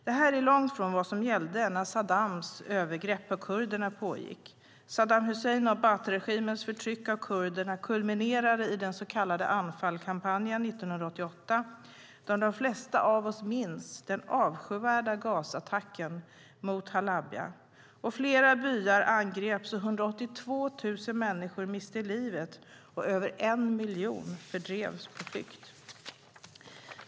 Detta är långt från vad som gällde när Saddams övergrepp på kurderna pågick. Saddam Husseins och Bathregimens förtryck av kurderna kulminerade i den så kallade Anfalkampanjen 1988. De flesta av oss minns den avskyvärda gasattacken mot Halabja. Flera byar angreps, 182 000 människor miste livet och över en miljon drevs på flykt.